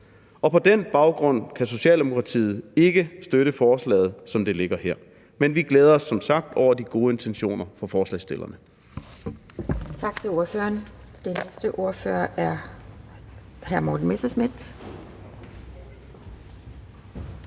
På den baggrund kan Socialdemokratiet ikke støtte forslaget, som det ligger her, men vi glæder os som sagt over de gode intentioner fra forslagsstillernes